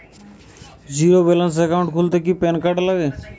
Zero balance account খুলতে কি PAN card লাগে?